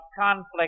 conflict